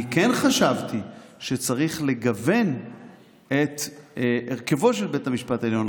אני כן חשבתי שצריך לגוון את הרכבו של בית המשפט העליון.